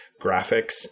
graphics